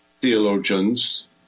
theologians